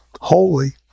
holy